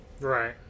Right